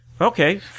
Okay